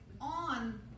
on